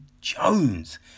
Jones